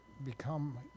become